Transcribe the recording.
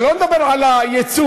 שלא נדבר על הייצוא,